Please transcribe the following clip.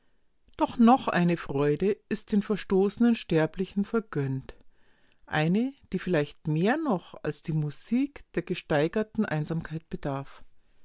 doch noch eine freude ist den verstoßenen sterblichen vergönnt eine die vielleicht mehr noch als die musik der gesteigerten einsamkeit bedarf